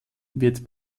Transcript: wird